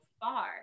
far